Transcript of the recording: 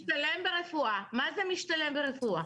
משתלם ברפואה, מה זה משתלם ברפואה?